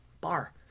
bar